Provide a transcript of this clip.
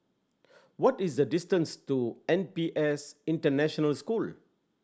what is the distance to N P S International School